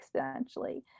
exponentially